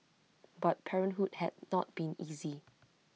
but parenthood had not been easy